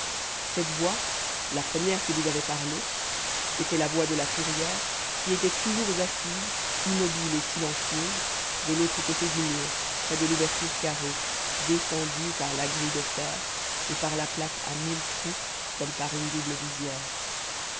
cette voix la première qui vous avait parlé c'était la voix de la tourière qui était toujours assise immobile et silencieuse de l'autre côté du mur près de l'ouverture carrée défendue par la grille de fer et par la plaque à mille trous comme par une double visière